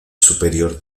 superior